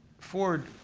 ford